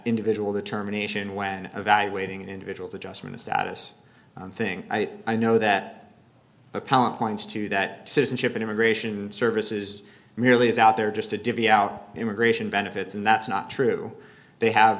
individual determination when evaluating an individual's adjustment of status thing i know that appellant points to that citizenship and immigration services merely is out there just to divvy out immigration benefits and that's not true they have